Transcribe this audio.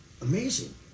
amazing